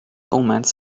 omens